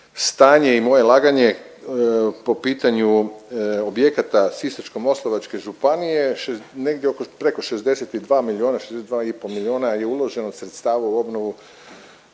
stanje i moje laganje po pitanju objekata Sisačko-moslavačke županije, negdje preko 62 milijuna, 62,5 milijuna je uloženo sredstava u obnovu